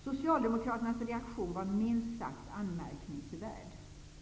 Socialdemokraternas reaktion var minst sagt anmärkningsvärd.